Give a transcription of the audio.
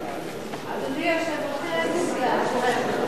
אדוני היושב-ראש, תראה איזו סיעה, תראה.